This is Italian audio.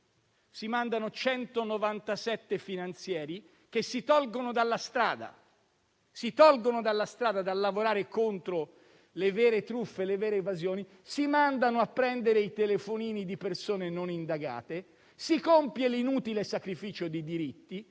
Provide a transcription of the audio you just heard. Si incaricano 197 finanzieri, che si tolgono dalla strada e dal lavorare contro le vere truffe, le vere evasioni, di andare a prendere i telefonini di persone non indagate. Si compie l'inutile sacrificio di diritti